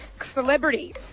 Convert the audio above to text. Celebrity